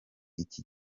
icyi